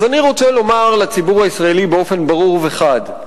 אז אני רוצה לומר לציבור הישראלי באופן ברור וחד: